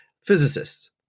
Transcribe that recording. physicists